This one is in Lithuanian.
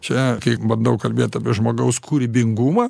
čia bandau kalbėt apie žmogaus kūrybingumą